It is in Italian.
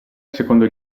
secondo